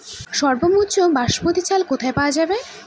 সর্বোওম উচ্চ বাসমতী চাল কোথায় পওয়া যাবে?